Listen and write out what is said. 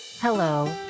Hello